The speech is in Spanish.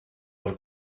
por